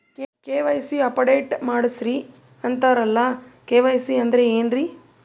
KYC update ಮಾಡಸ್ರೀ ಅಂತರಲ್ಲ KYC ಅಂದ್ರ ಏನ್ರೀ?